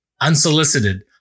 unsolicited